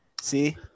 see